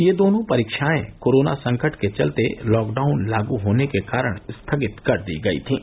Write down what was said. ये दोनों परीक्षाएं कोरोना संकट के चलते लॉकडाउन लागू होने के कारण स्थगित कर दी गई थीं